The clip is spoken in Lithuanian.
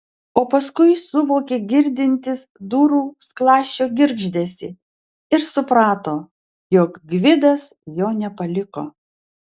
o paskui suvokė girdintis durų skląsčio girgždesį ir suprato jog gvidas jo nepaliko